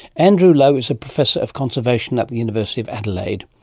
andrew lowe is a professor of conservation at the university of adelaide.